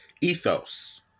ethos